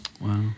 Wow